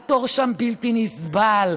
התור שם בלתי נסבל,